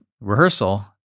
rehearsal